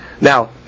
Now